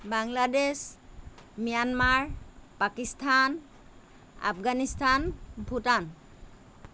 Bangladesh Myanmar Pakistan Afghanistan Bhutan